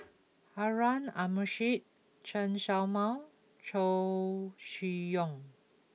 Harun Aminurrashid Chen Show Mao Chow Chee Yong